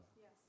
Yes